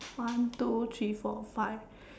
one two three four five